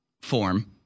form –